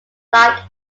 like